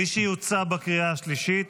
מי שיוצא בקריאה השלישית